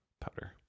powder